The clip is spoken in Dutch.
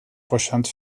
procent